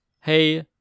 hey